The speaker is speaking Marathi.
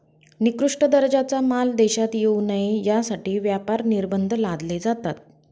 निकृष्ट दर्जाचा माल देशात येऊ नये यासाठी व्यापार निर्बंध लादले जातात